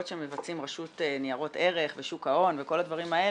שמבצעים הרשות לניירות ערך ושוק ההון וכל הדברים האלה,